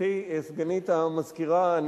גברתי סגנית המזכירה,